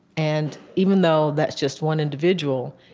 and even though that's just one individual,